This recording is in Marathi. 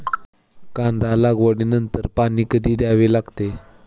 कांदा लागवडी नंतर पाणी कधी द्यावे लागते?